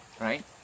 right